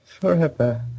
Forever